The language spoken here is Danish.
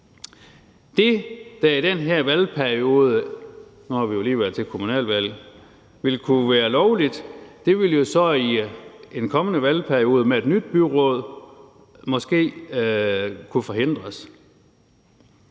været til kommunalvalg – ville kunne være lovligt, ville jo så i en kommende valgperiode med et nyt byråd måske kunne forhindres.